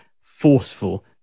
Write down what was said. forceful